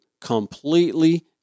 completely